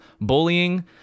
Bullying